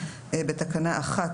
בתקנה 1,